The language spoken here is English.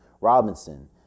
Robinson